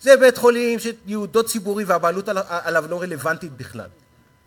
זה בית-חולים שייעודו ציבורי והבעלות עליו לא רלוונטית בכלל,